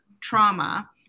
trauma